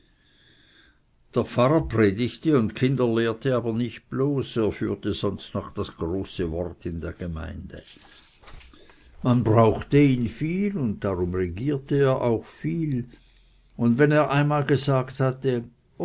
der pfarrer predigte und kinderlehrte aber nicht bloß er führte sonst noch das große wort in der gemeinde man brauchte ihn viel und darum regierte er auch viel und wenn er einmal gesagt hatte